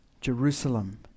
Jerusalem